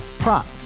Prop